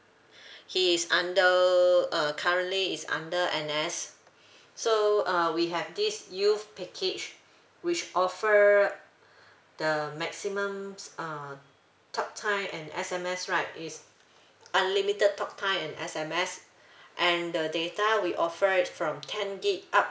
he is under uh currently is under N_S so uh we have this youth package which offer the maximum uh talk time and S_M_S right is unlimited talk time and S_M_S and the data we offer it from ten gig up